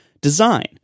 Design